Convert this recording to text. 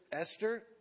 Esther